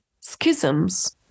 schisms